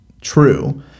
true